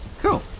Cool